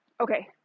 Okay